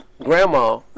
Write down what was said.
Grandma